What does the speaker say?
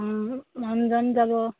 অঁ মানুহজন যাব